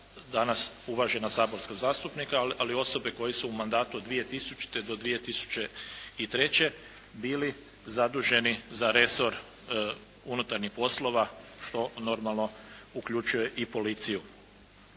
danas uvažena saborska zastupnika, ali osobe koje su u mandatu od 2000. do 2003. bili zaduženi za resor unutarnjih poslova, što normalno uključuje i policiju.